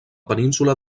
península